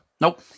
Nope